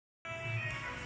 टमाटर के खेती कइसे होथे?